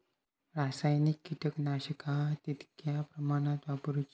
रासायनिक कीटकनाशका कितक्या प्रमाणात वापरूची?